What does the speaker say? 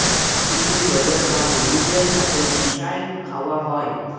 কফিকে জলের বা দুহুদের ছাথে মিশাঁয় খাউয়া হ্যয়